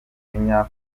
umujinya